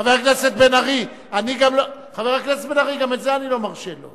חבר הכנסת בן-ארי, גם את זה אני לא מרשה לו.